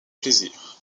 plaisir